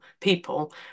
people